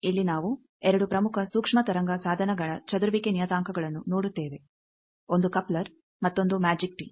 ಇಲ್ಲಿ ನಾವು 2 ಪ್ರಮುಖ ಸೂಕ್ಷ್ಮ ತರಂಗ ಸಾಧನಗಳ ಚದುರುವಿಕೆ ನಿಯತಾಂಕಗಳನ್ನು ನೋಡುತ್ತೇವೆ ಒಂದು ಕಪ್ಲರ್ ಮತ್ತೊಂದು ಮ್ಯಾಜಿಕ್ ಟೀ